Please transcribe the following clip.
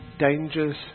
dangers